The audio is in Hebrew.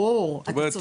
ברור, אתה צודק.